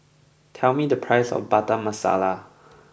tell me the price of Butter Masala